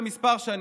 לכמה שנים,